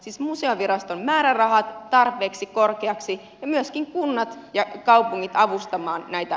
siis museoviraston määrärahat tarpeeksi korkeiksi ja myöskin kunnat ja kaupungit avustamaan näitä